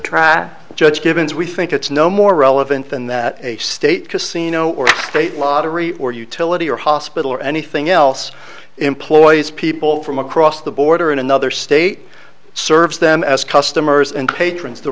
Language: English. track judge givens we think it's no more relevant than that a state casino or state lottery or utility or hospital or anything else employs people from across the border in another state serves them as customers and patrons t